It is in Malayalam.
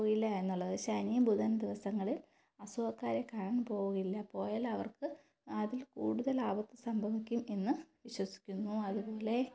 പോയില്ല എന്നുള്ളത് ശനി ബുധൻ ദിവസങ്ങളിൽ അസുഖക്കാരെ കാണാൻ പോവില്ല പോയാൽ അവർക്ക് അതിൽ കൂടുതൽ ആപത്ത് സംഭവിക്കും എന്ന് വിശ്വസിക്കുന്നു അതുപോലെ